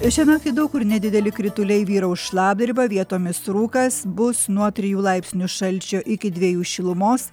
šią naktį daug kur nedideli krituliai vyraus šlapdriba vietomis rūkas bus nuo trijų laipsnių šalčio iki dviejų šilumos